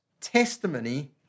testimony